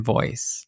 Voice